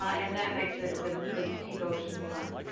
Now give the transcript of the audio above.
ah and that makes ah the the deep ocean warm.